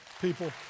people